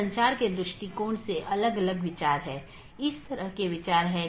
और यह मूल रूप से इन पथ विशेषताओं को लेता है